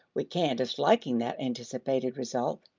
we can, disliking that anticipated result,